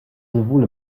sowohl